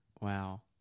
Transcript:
Wow